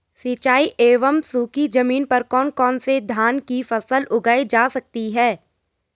सिंचाई एवं सूखी जमीन पर कौन कौन से धान की फसल उगाई जा सकती है?